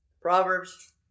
Proverbs